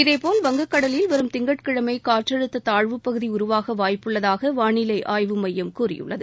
இதேபோல் வங்கக்கடலில் வரும் திங்கட்கிழமை காற்றழுத்த தாழ்வு பகுதி உருவாக வாய்ப்பு உள்ளதாக வானிலை ஆய்வு மையம் கூறியுள்ளது